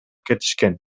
кетишкен